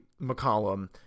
McCollum